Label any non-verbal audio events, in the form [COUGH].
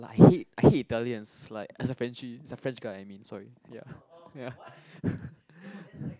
like I hate I hate Italians like as a Frenchie as a French guy I mean sorry ya [LAUGHS] ya [LAUGHS]